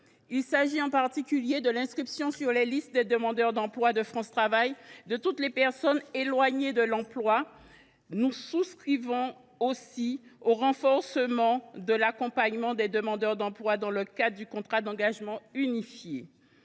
Il s’agit en particulier de l’inscription sur les listes des demandeurs d’emploi de France Travail de toutes les personnes éloignées de l’emploi. Nous souscrivons aussi au renforcement de l’accompagnement des demandeurs d’emploi dans le cadre du contrat d’engagement unifié.